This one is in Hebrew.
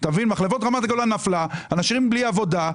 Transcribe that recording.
מחלבת רמת הגולן נפלה, אנשים נשארים בלי עבודה.